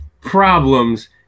problems